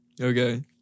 Okay